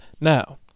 now